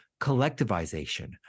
collectivization